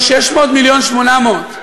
1.6 מיליון, 1.8 מיליון,